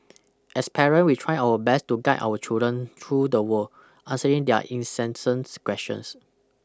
as parent we try our best to guide our children through the world answering their incessant questions